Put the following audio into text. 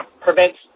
prevents